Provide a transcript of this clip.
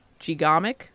Gigamic